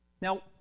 Now